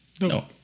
no